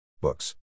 Books